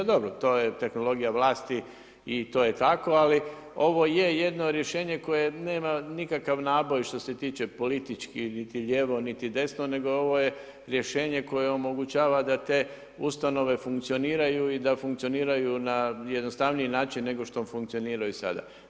A dobro, to je tehnologija vlasti i to je tako, ali ovo je jedno rješenje koje nema nikakav naboj što se tiče politički niti lijevo niti desno, nego ovo je rješenje koje omogućava da te ustanove funkcioniraju i da funkcioniraju na jednostavniji način nego što funkcioniraju sada.